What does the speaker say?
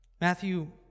matthew